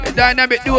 dynamic